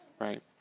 right